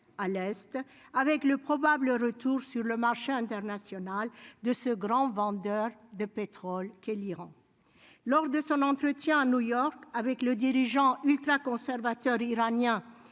à l'Est avec le probable retour sur le marché international de ce grand vendeur de pétrole que l'Iran lors de son entretien à New York avec le dirigeant ultraconservateur iranien